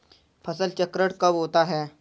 फसल चक्रण कब होता है?